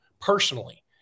personally